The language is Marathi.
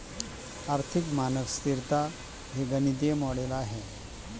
आर्थिक मानक स्तिरता हे गणितीय मॉडेल आहे